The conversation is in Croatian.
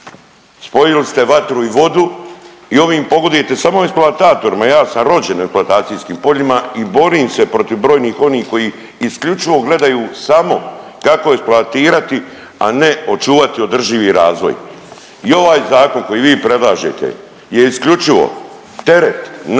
Spojili ste vatru i vodu i ovim pogodujete samo eksploatatorima. Ja sam rođen na eksploatacijskim poljima i borim se protiv brojnih onih koji isključivo gledaju samo kako eksploatirati, a ne očuvati održivi razvoj. I ovaj zakon koji vi predlažete je isključivo teret na lokalnu